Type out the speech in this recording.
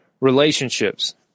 relationships